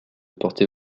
porter